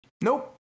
Nope